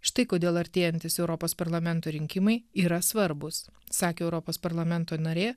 štai kodėl artėjantys europos parlamento rinkimai yra svarbūs sakė europos parlamento narė